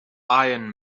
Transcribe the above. iron